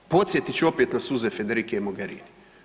Podsjetit ću opet na suze Federike Mogerini.